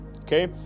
Okay